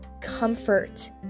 comfort